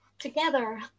together